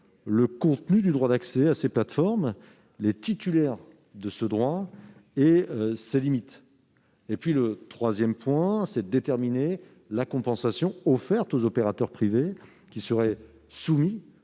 le contenu du droit d'accès à ces plateformes, les titulaires de ce droit et ses limites. Il faudrait enfin déterminer la compensation offerte aux opérateurs privés qui seraient soumis